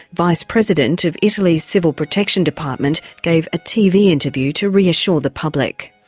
vice-president of italy's civil protection department, gave a tv interview to reassure the public.